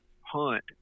hunt